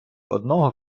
одного